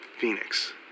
phoenix